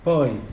Poi